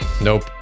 Nope